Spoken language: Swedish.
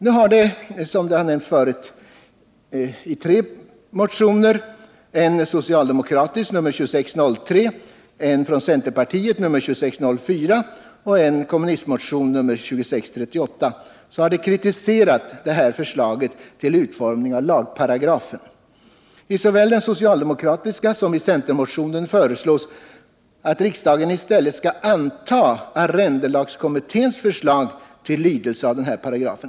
I tre motioner, den socialdemokratiska nr 2603, den centerpartistiska nr 2604 och kommunistmotionen 2638, kritiseras, som nämnts tidigare, detta förslag till utformning av lagparagrafen. I såväl den socialdemokratiska motionen som i centermotionen föreslås att riksdagen i stället skall anta arrendelagskommitténs förslag till lydelse av denna paragraf.